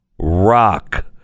rock